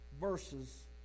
verses